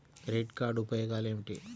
Credit card ఉపయోగాలు ఏమిటి?